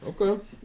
Okay